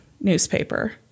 newspaper